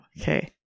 Okay